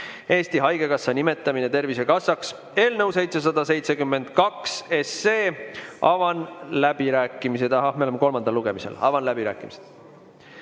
(Eesti Haigekassa nimetamine Tervisekassaks) eelnõu 772. Avan läbirääkimised. Ahah, me oleme kolmandal lugemisel. Avan läbirääkimised.